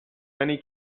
many